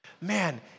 man